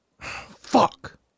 Fuck